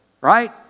right